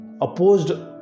opposed